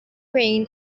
green